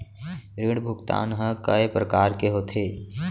ऋण भुगतान ह कय प्रकार के होथे?